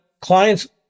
clients